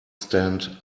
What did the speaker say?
stand